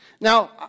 Now